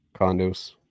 Condos